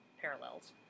parallels